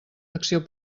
acció